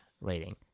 rating